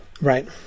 right